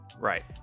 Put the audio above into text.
Right